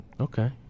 Okay